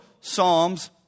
Psalms